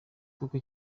koko